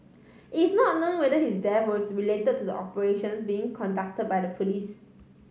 it's not known whether his death was C relate to the operations being conduct by the police